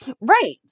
right